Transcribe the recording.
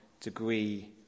degree